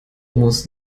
muss